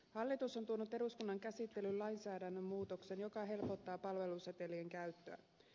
hallitus on tuonut eduskunnan käsittelyyn lainsäädännön muutoksen joka helpottaa palvelusetelien käyttöä